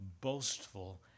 boastful